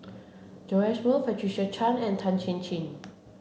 Joash Moo Patricia Chan and Tan Chin Chin